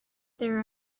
their